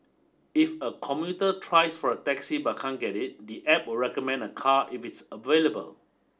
if a commuter tries for a taxi but can't get it the App will recommend a car if it's available